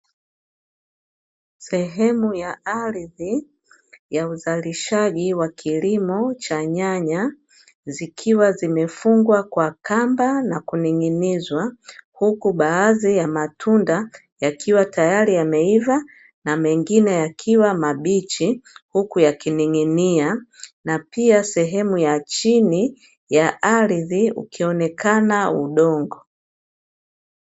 Sehemu ya ardhi ya uzalishaji wa kilimo cha nyanya, zikiwa zimefungwa kwa kamba na kuning'inizwa, huku baadhi ya matunda yakiwa tayari yameiva, na mengine yakiwa mabichi huku yakining'inia, na pia sehemu ya chini ya ardhi ukionekana udongo.